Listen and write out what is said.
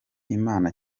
imana